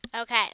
Okay